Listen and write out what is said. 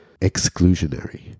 exclusionary